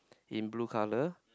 in blue colour